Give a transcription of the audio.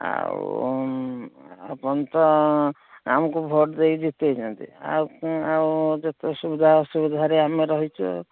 ଆଉ ଆପଣ ତ ଆମକୁ ଭୋଟ ଦେଇକି ଜତେଇଛନ୍ତି ଆଉ ଆଉ ଯେତେ ସୁବିଧା ଅସୁବିଧାରେ ଆମେ ରହିଛୁ